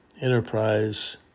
enterprise